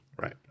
Right